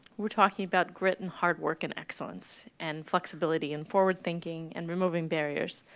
we're talking about grit and hard work and excellence and flexibility and forward thinking and removing barriers,